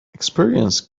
experience